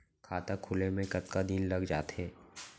खाता खुले में कतका दिन लग जथे?